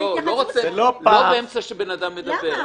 לא באמצע כשבן-אדם מדבר.